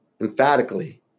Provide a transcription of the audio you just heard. emphatically